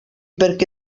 perquè